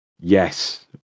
yes